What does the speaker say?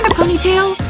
but ponytail?